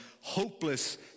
hopeless